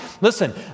listen